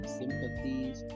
sympathies